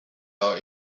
our